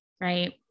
right